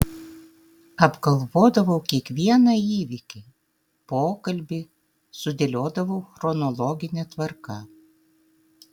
apgalvodavau kiekvieną įvykį pokalbį sudėliodavau chronologine tvarka